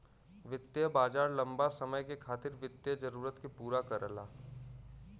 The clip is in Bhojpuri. वित्तीय बाजार लम्बा समय के खातिर वित्तीय जरूरत के पूरा करला